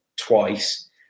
twice